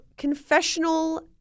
confessional